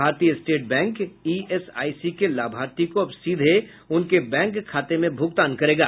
भारतीय state bank ESIC के लाभार्थी को अब सीधे उनके बैंक खाते में भुगतान करेगा